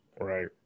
Right